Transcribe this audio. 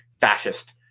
fascist